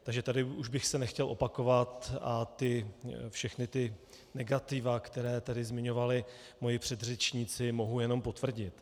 Takže tady už bych se nechtěl opakovat a všechna negativa, která tady zmiňovali moji předřečníci, mohu jenom potvrdit.